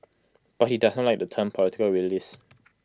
but he does not like the term political realist